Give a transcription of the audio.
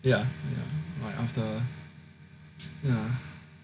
ya after ya